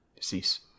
cease